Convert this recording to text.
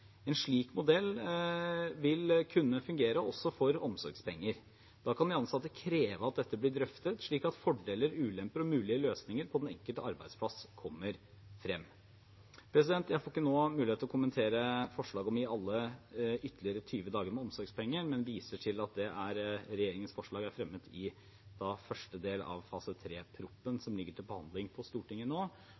En slik modell vil kunne fungere også for omsorgspenger. Da kan de ansatte kreve at dette blir drøftet, slik at fordeler, ulemper og mulige løsninger på den enkelte arbeidsplass kommer frem. Jeg får ikke nå mulighet til å kommentere forslaget om å gi alle ytterligere 20 dager med omsorgspenger, men viser til at regjeringens forslag er fremmet i første del av fase 3-proposisjonen, som ligger til behandling på Stortinget nå.